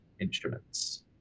instruments